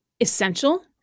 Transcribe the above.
essential